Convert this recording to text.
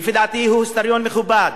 לדעתי הוא היסטוריון מכובד.